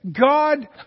God